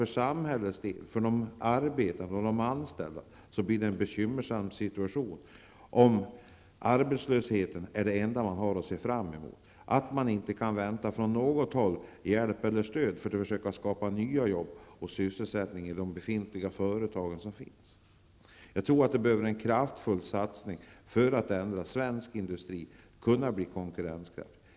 För samhället, de arbetande och anställda blir situationen bekymmersam om arbetslöshet är det enda de har att se fram emot. De tycks inte kunna få hjälp från något håll när det gäller att skapa nya jobb och sysselsättning i befintliga företag. Det behövs enligt min mening en kraftfull satsning för att få svensk industri konkurrenskraftig.